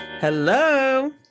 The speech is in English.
Hello